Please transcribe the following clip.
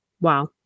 Wow